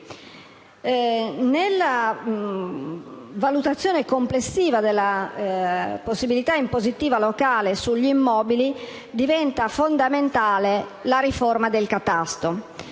Nella valutazione complessiva della possibilità impositiva locale sugli immobili, diventa fondamentale la riforma del catasto.